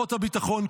כוחות הביטחון,